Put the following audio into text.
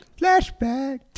flashback